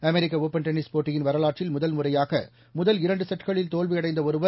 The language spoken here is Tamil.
அமெரிக்க ஒப்பன் டென்னிஸ் போட்டியின் வரலாற்றில் முதல்முறையாக முதல் இரண்டு செட்களில் தோல்வியடைந்த ஒருவர்